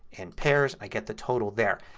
and pears i get the total there.